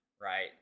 right